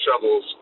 shovels